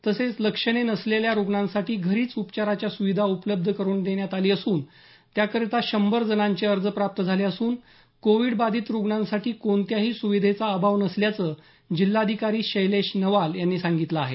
तसंच लक्षणे नसलेल्या रूग्णांसाठी घरीच उपचाराच्या सुविधा उपलब्ध करून देण्यात आली असून त्याकरीता शंभर जणांचे अर्ज प्राप्त झाले असून कोविड बाधित रुग्णासाठी कोणत्याही सूविधेचा अभाव नसल्याचं जिल्हाधिकारी शैलेश नवाल यांनी सांगितलं आहे